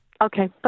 Okay